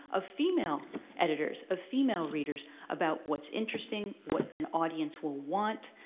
of female editors, of female readers about what's interesting, what an audience will want,